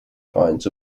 finds